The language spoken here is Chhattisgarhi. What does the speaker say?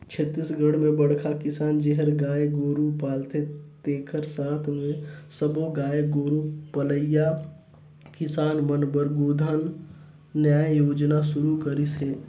छत्तीसगढ़ में बड़खा किसान जेहर गाय गोरू पालथे तेखर साथ मे सब्बो गाय गोरू पलइया किसान मन बर गोधन न्याय योजना सुरू करिस हे